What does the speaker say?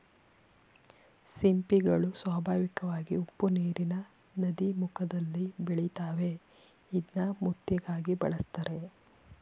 ಸಿಂಪಿಗಳು ಸ್ವಾಭಾವಿಕವಾಗಿ ಉಪ್ಪುನೀರಿನ ನದೀಮುಖದಲ್ಲಿ ಬೆಳಿತಾವೆ ಇದ್ನ ಮುತ್ತಿಗಾಗಿ ಬೆಳೆಸ್ತರೆ